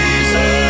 Jesus